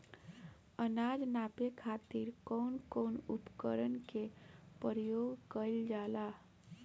अनाज नापे खातीर कउन कउन उपकरण के प्रयोग कइल जाला?